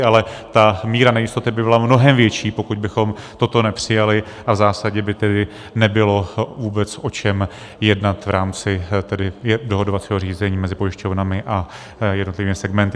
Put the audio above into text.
Ale ta míra nejistoty by byla mnohem větší, pokud bychom toto nepřijali, a v zásadě by tedy nebylo vůbec o čem jednat v rámci tedy dohadovacího řízení mezi pojišťovnami a jednotlivými segmenty.